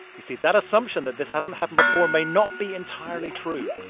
you see, that assumption that this hasn't happened before may not be entirely true.